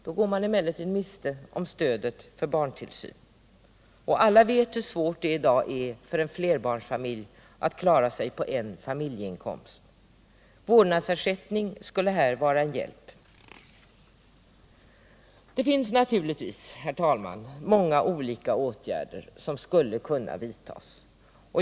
Då går man emellertid miste om stödet för barntillsyn. Alla vet hur svårt det i dag är för en flerbarnsfamilj att klara sig på en familjeinkomst. Vårdnadsersättning skulle här vara en hjälp. Det finns naturligtvis, herr talman, många olika åtgärder som skulle kunna vidtas.